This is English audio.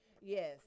Yes